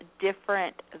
different